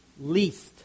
least